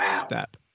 step